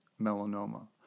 melanoma